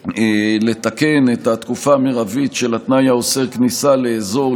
לתקן את התקופה המרבית של התנאי האוסר כניסה לאזור,